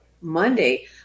Monday